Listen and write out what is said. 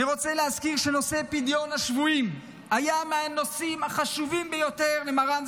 אני רוצה להזכיר שנושא פדיון השבויים היה מהנושאים החשובים ביותר למרן,